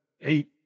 eight